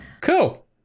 cool